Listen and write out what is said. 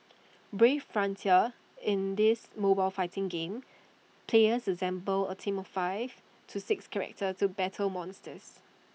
brave frontier in this mobile fighting game players assemble A team of five to six characters to battle monsters